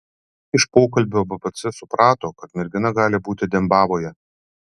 iš pokalbio bpc suprato kad mergina gali būti dembavoje